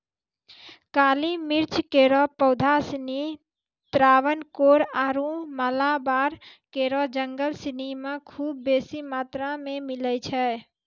काली मिर्च केरो पौधा सिनी त्रावणकोर आरु मालाबार केरो जंगल सिनी म खूब बेसी मात्रा मे मिलै छै